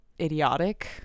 idiotic